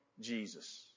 Jesus